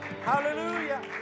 Hallelujah